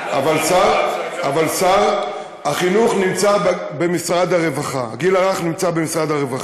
אבל הגיל הרך נמצא במשרד הרווחה.